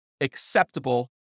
acceptable